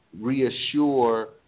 reassure